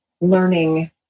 learning